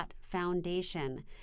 foundation